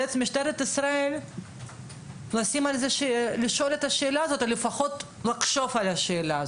על משטרת ישראל לשאול את השאלה הזאת או לפחות לחשוב על השאלה.